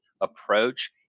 approach